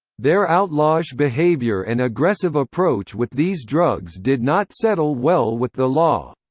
their outlawish behavior and aggressive approach with these drugs did not settle well with the law.